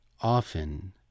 often